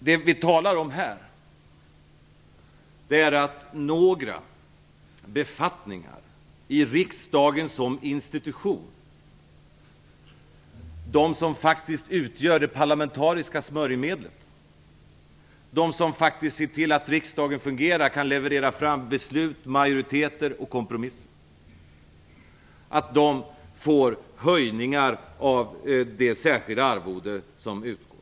Det vi talar om här är att några som har befattningar i riksdagen som institution, de som faktiskt utgör det parlamentariska smörjmedlet och som ser till att riksdagen fungerar och kan leverera fram beslut, majoriteter och kompromisser, får höjningar av det särskilda arvode som utgår.